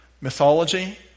Mythology